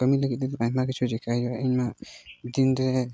ᱠᱟᱹᱢᱤ ᱞᱟᱹᱜᱤᱫ ᱛᱮᱫᱚ ᱟᱭᱢᱟ ᱠᱤᱪᱷᱩ ᱤᱧᱢᱟ ᱫᱤᱱ ᱨᱮ